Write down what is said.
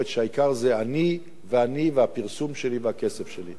שהעיקר זה אני ואני והפרסום שלי והכסף שלי.